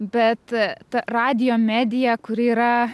bet ta radijo medija kuri yra